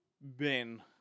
Ben